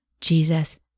Jesus